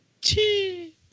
Chee